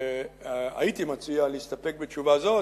הייתי מציע להסתפק בתשובה זו,